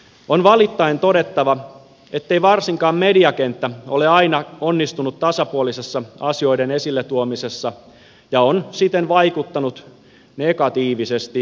on valittaen todettava ettei varsinkaan mediakenttä ole aina onnistunut tasapuolisessa asioiden esille tuomisessa ja on siten vaikuttanut negatiivisesti demokratiaamme